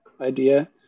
idea